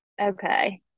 Okay